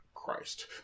christ